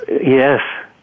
Yes